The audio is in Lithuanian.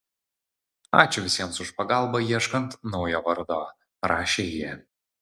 ačiū visiems už pagalbą ieškant naujo vardo rašė ji